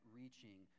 reaching